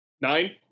Nine